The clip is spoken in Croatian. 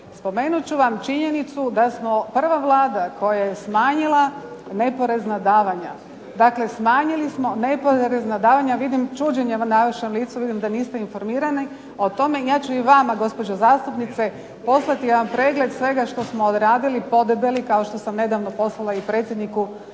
Spomenut ću vam činjenicu da smo prva Vlada koja je smanjila neporezna davanja. Dakle, smanjili smo neporezna davanja. Vidim čuđenje na vašem licu, vidim da niste informirani o tome. Ja ću i vama gospođo zastupnice poslati jedan pregled svega što smo odradili podebeli kao što sam nedavno poslala i predsjedniku